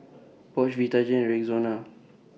Bosch Vitagen and Rexona